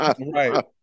Right